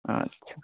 ᱟᱪᱪᱷᱟ